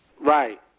Right